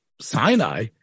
Sinai